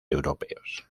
europeos